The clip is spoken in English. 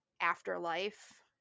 Afterlife